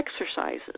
exercises